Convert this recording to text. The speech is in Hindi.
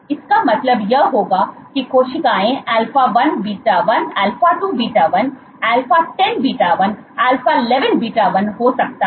इसका मतलब यह होगा कि कोशिकाओं α1 β1 α2 β1 α10 β1 α11 β1 हो सकता है